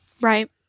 right